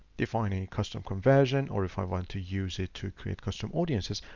if i need custom conversion, or if i want to use it to create custom audiences,